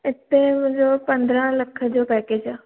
हिते मुंहिंजो पंदरहं लख जो पेकेज आहे